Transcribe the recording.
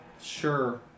sure